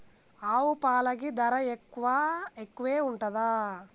ఆవు పాలకి ధర ఎక్కువే ఉంటదా?